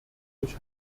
durch